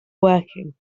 working